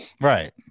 Right